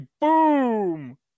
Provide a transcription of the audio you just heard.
boom